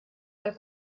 għal